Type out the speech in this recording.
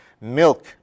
milk